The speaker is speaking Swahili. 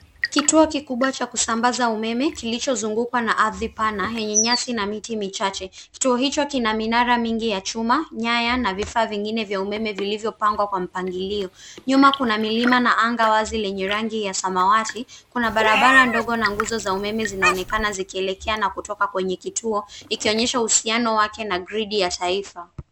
Kituo kikubwa cha kusambaza umeme kilichozungukwa na ardhi pana, yenye nyasi na miti michache. Kituo hicho kina minara mingi ya chuma, nyaya na vifaa vingine vya umeme vilivyopangwa kwa mpangilio. Nyuma kuna milima na anga wazi lenye rangi ya samawati. Kuna barabara ndogo na nguzo za umeme zinaonekana zikielekea na kutoka kwenye kituo, ikionyesha uhusiano wake na grid ya taifa.